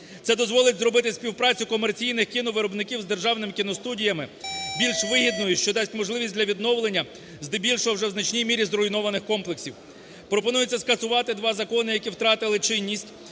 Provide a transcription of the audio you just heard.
Це дозволить зробити співпрацю комерційних кіновиробників з державними кіностудіями більш вигідною, що дасть можливість для відновлення здебільшого вже в значній мірі зруйнованих комплексів. Пропонується скасувати два закони, які втратили чинність